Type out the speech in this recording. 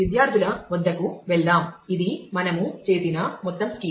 విద్యార్థుల వద్దకు వెళ్దాం ఇది మనము చేసిన మొత్తం స్కీమా